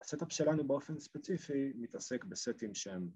הסטאפ שלנו באופן ספציפי מתעסק בסטים שהם...